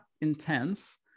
intense